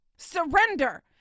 surrender